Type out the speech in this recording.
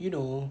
you know